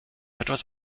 etwas